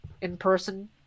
in-person